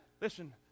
Listen